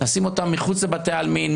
נשים אותן מחוץ לבתי העלמין,